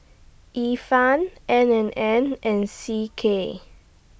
Ifan N and N and C K